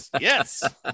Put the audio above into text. Yes